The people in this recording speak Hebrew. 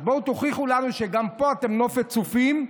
אז בואו תוכיחו לנו שגם פה אתם נופת צופים,